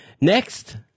Next